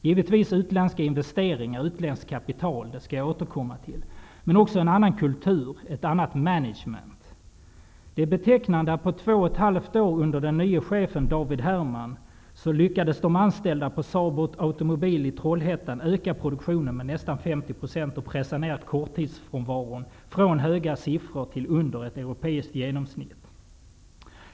Givetvis behövs utländska investeringar, utländskt kapital. Det skall jag återkomma till. Men det behövs också en annan kultur, ett annat management. Det är betecknande att på två och ett halvt år, under den nye chefen David Herman, lyckades de anställda på Saab Automobile i Trollhättan öka produktionen med nästan 50 % och pressa ner korttidsfrånvaron från höga siffror till under europeiskt genomsnitt.